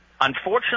Unfortunately